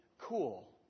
Cool